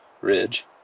ridge